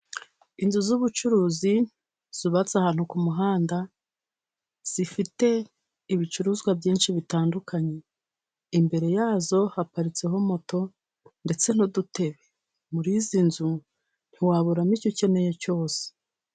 Inzu z'ubucuruzi, zubatse ahantu ku muhanda zifite ibicuruzwa byinshi bitandukanye, imbere yazo haparitse moto ndetse n'udutebe, muri izi nzu ntiwaburamo icyo ukeneye cyose.